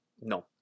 No